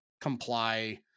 comply